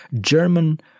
German